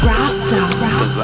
Rasta